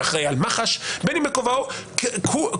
בין אם בכובעו כאחראי על מח"ש.